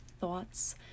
thoughts